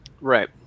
Right